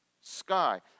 sky